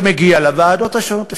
זה מגיע לוועדות השונות.